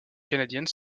canadiennes